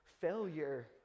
failure